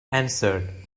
answered